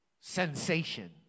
sensation